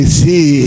see